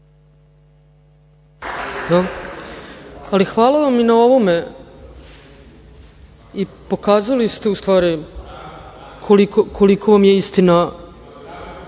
Hvala vam i na ovome i pokazali ste u stvari koliko vam je istina